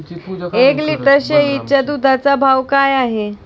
एक लिटर शेळीच्या दुधाचा भाव काय आहे?